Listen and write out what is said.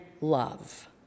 love